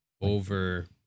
over